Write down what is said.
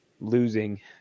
losing